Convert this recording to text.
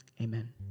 amen